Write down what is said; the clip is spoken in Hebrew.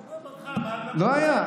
עזוב אותך, לא היה?